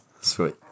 Sweet